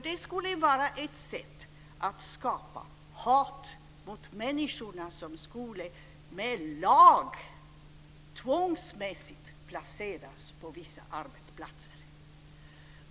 Det skulle vara ett sätt att skapa hat mot de människor som med lag, tvångsmässigt, skulle placeras på vissa arbetsplatser.